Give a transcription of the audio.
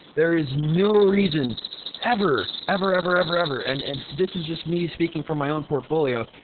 there is no reason ever, ever, ever, ever, ever, and and this is just me speaking for my own portfolio,